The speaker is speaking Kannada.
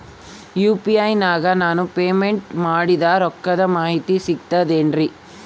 ಯು.ಪಿ.ಐ ನಾಗ ನಾನು ಪೇಮೆಂಟ್ ಮಾಡಿದ ರೊಕ್ಕದ ಮಾಹಿತಿ ಸಿಕ್ತದೆ ಏನ್ರಿ?